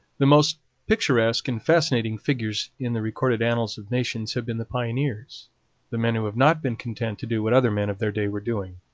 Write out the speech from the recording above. the most picturesque and fascinating figures in the recorded annals of nations have been the pioneers the men who have not been content to do what other men of their day were doing.